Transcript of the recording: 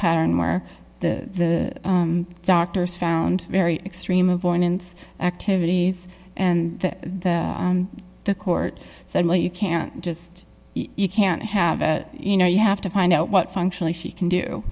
pattern where the doctors found very extreme avoidance activities and the the court said well you can't just you can't have you know you have to find out what functionally she can do